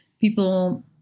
people